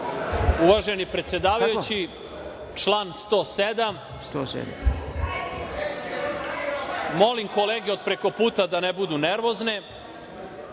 Hvala. Uvaženi predsedavajući, član 107.Molim kolege od preko puta da ne budu nervozne. Ja